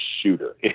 shooter